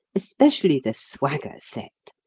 especially the swagger set,